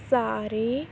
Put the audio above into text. ਸਾਰੇ